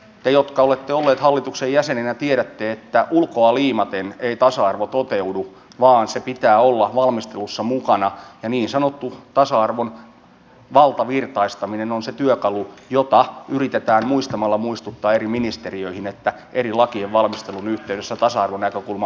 te jotka olette olleet hallituksen jäseninä tiedätte että ulkoa liimaten ei tasa arvo toteudu vaan se pitää olla valmistelussa mukana ja niin sanottu tasa arvon valtavirtaistaminen on se työkalu josta yritetään muistamalla muistuttaa eri ministeriöihin että eri lakien valmistelun yhteydessä tasa arvonäkökulma mukana on